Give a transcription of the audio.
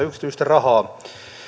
yksityistä rahaa